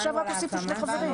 עכשיו רק הוסיפו שני חברים.